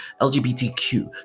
lgbtq